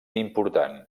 important